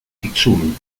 tixul